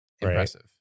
Impressive